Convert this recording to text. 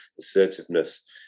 assertiveness